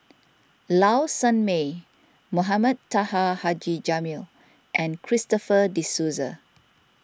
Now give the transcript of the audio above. Low Sanmay Mohamed Taha Haji Jamil and Christopher De Souza